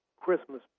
Christmas